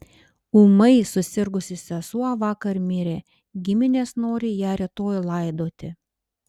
ūmai susirgusi sesuo vakar mirė giminės nori ją rytoj laidoti